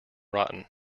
rotten